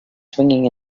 swinging